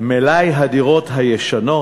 מלאי הדירות הישנות,